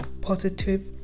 positive